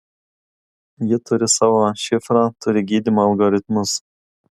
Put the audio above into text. ji turi savo šifrą turi gydymo algoritmus